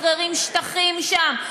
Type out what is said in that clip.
משחררים שטחים שם,